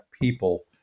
people